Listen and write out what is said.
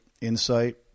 insight